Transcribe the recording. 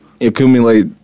accumulate